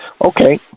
Okay